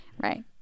Right